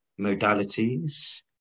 modalities